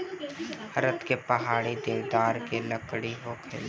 भारत के पहाड़ी इलाका में चीड़ अउरी देवदार के लकड़ी खुबे होला